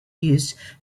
used